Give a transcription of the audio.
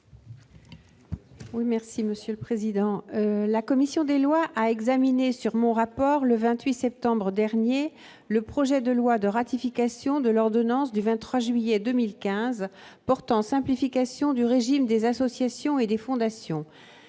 La commission des lois a examiné sur le fondement de mon rapport, le 28 septembre dernier, le projet de loi ratifiant l'ordonnance n° 2015-904 du 23 juillet 2015 portant simplification du régime des associations et des fondations.